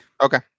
Okay